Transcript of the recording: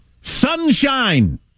Sunshine